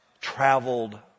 traveled